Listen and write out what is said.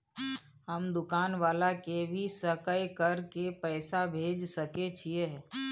हम दुकान वाला के भी सकय कर के पैसा भेज सके छीयै?